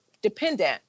dependent